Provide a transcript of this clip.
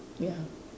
ya